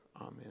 Amen